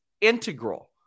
integral